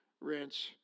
rinse